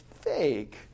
fake